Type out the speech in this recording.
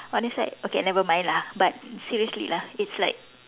on a side okay never mind lah but seriously lah it's like